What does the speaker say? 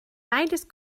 beides